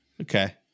Okay